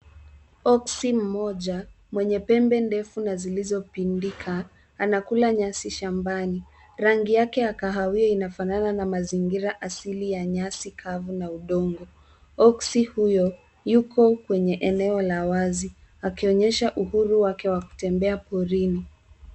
Oxi mmoja mwenye pembe ndefu na zilizopindika, anakula nyasi shambani. Rangi yake ya kahawia inafanana na mazingira asili ya nyasi kavu na udongo. Oxi huyo yuko kwenye eneo la wazi, akionyesha uhuru wake kutembea porini.